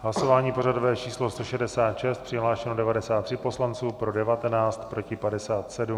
Hlasování pořadové číslo 166, přihlášeno 93 poslanců, pro 19, proti 57.